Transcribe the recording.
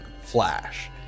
flash